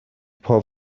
pob